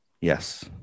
Yes